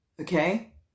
okay